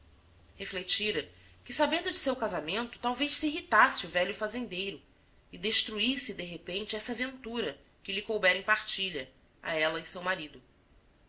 refletira que sabendo de seu casamento talvez se irritasse o velho fazendeiro e destruísse de repente essa ventura que lhe coubera em partilha a ela e seu marido